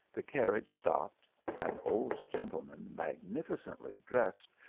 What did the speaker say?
the carriage stopped an old gentleman, magnificently dressed,